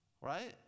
right